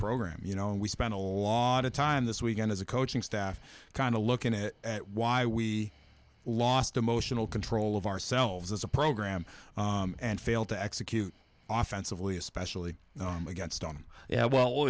program you know we spent a lot of time this weekend as a coaching staff kind of looking at why we lost emotional control of ourselves as a program and failed to execute on fancifully especially against on yeah well